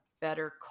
better